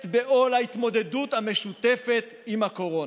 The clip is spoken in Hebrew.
בעול ההתמודדות המשותפת עם הקורונה.